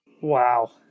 Wow